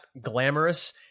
glamorous